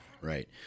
Right